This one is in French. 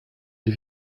ils